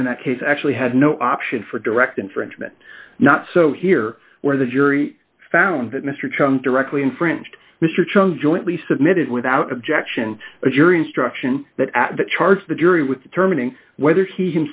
form in that case actually had no option for direct infringement not so here where the jury found that mr chung directly infringed mr chung jointly submitted without objection a jury instruction that at the charge the jury with determining whether he